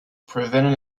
prevented